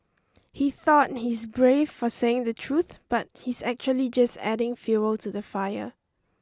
He thought he's brave for saying the truth but he's actually just adding fuel to the fire